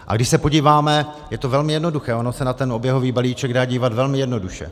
A když se podíváme, je to velmi jednoduché, ono se na ten oběhový balíček dá dívat velmi jednoduše.